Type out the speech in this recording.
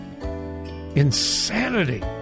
Insanity